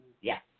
Yes